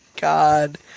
God